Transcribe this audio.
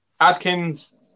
Adkins